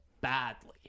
Badly